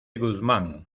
guzmán